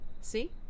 See